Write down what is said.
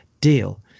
deal